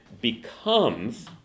becomes